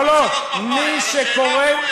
לא לא, מי שקורא,